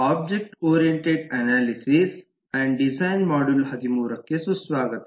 object oriented analysis and design module 13 ಕ್ಕೆ ಸುಸ್ವಾಗತ